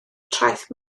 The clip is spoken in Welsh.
traeth